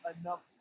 enough